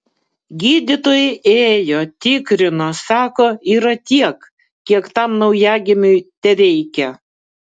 gydytojai ėjo tikrino sako yra tiek kiek tam naujagimiui tereikia